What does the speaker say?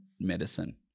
medicine